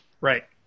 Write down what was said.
Right